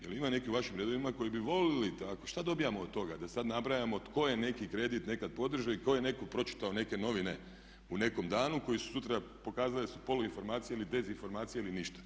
Jel ima nekih u vašim redovima koji bi volili, šta dobijamo od toga da sad nabrajamo tko je neki kredit nekad podržao, i ko je nekad pročitao neke novine u nekom danu koje su sutra pokazale da su poluinformacije ili dezinformacije ili ništa?